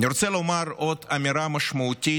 אני רוצה לומר עוד אמירה משמעותית,